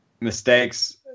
mistakes